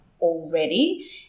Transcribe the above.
already